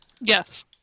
Yes